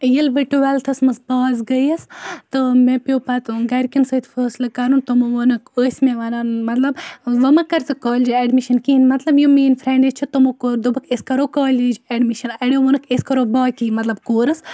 ییٚلہِ بہٕ ٹُویٚلتھَس مَنٛز پاس گٔیَس تہٕ مےٚ پیٚو پَتہٕ گَرکیٚن سۭتۍ فٲصلہٕ کَرُن تِمو وونُکھ ٲسۍ مےٚ وَنان مَطلَب وۄنۍ مہَ کَر ژٕ کالجہِ ایٚڈمِشَن کِہِیٖنۍ مَطلَب یِم میٲنۍ فرنڈس چھِ تمو کوٚر دوٚپُکھ أسۍ کَرَو کالج ایٚڈمِشَن اَڑٮ۪و ووٚنُکھ أسۍ کَرو باقٕے مَطلَب کورس